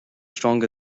stronger